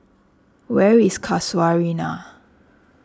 where is Casuarina